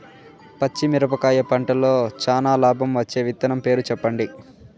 పచ్చిమిరపకాయ పంటలో చానా లాభం వచ్చే విత్తనం పేరు చెప్పండి?